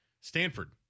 stanford